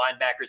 linebackers